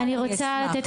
אני אשמע,